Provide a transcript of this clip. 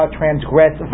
transgress